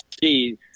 see